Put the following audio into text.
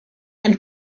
and